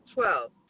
Twelve